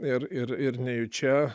ir ir ir nejučia